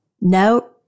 no